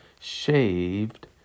shaved